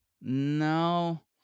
no